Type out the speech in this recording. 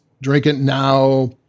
drink-it-now